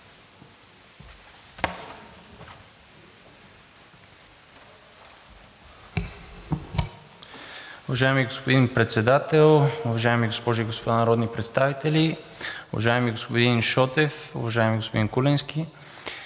Уважаеми господин Председател, уважаеми госпожи и господа народни представители! Уважаеми господин Шотев, уважаеми господин Куленски!